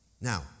Now